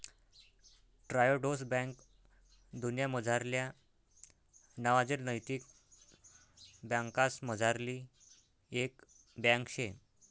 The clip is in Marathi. ट्रायोडोस बैंक दुन्यामझारल्या नावाजेल नैतिक बँकासमझारली एक बँक शे